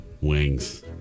Wings